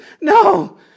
No